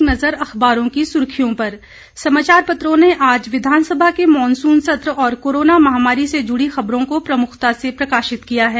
एक नज़र अखबारों की सुर्खियों पर समाचार पत्रों ने आज विधानसभा के मानसून सत्र और कोरोना महामारी से जुड़ी खबरों को प्रमुखता से प्रकाशित किया है